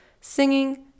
singing